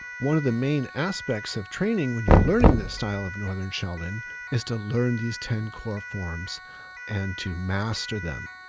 one of the main aspects of training when you're learning this style of northern shaolin is to learn these ten core forms and to master them.